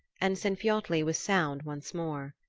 and sinfiotli was sound once more.